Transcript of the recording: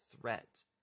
threat